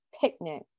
picnic